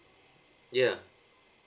ya